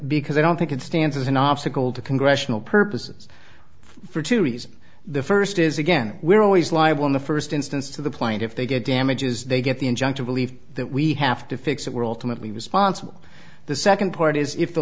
because i don't think it stands as an obstacle to congressional purposes for two reasons the first is again we're always liable in the first instance to the plaintiffs they get damages they get the injunction believe that we have to fix it we're alternately responsible the second part is if the